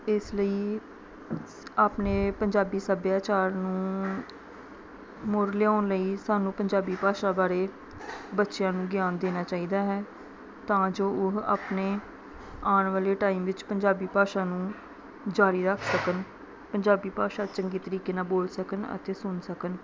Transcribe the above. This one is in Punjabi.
ਇਸ ਲਈ ਆਪਣੇ ਪੰਜਾਬੀ ਸੱਭਿਆਚਾਰ ਨੂੰ ਮੁੜ ਲਿਆਉਣ ਲਈ ਸਾਨੂੰ ਪੰਜਾਬੀ ਭਾਸ਼ਾ ਬਾਰੇ ਬੱਚਿਆਂ ਨੂੰ ਗਿਆਨ ਦੇਣਾ ਚਾਹੀਦਾ ਹੈ ਤਾਂ ਜੋ ਉਹ ਆਪਣੇ ਆਉਣ ਵਾਲੇ ਟਾਈਮ ਵਿੱਚ ਪੰਜਾਬੀ ਭਾਸ਼ਾ ਨੂੰ ਜਾਰੀ ਰੱਖ ਸਕਣ ਪੰਜਾਬੀ ਭਾਸ਼ਾ ਚੰਗੇ ਤਰੀਕੇ ਨਾਲ ਬੋਲ ਸਕਣ ਅਤੇ ਸੁਣ ਸਕਣ